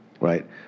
right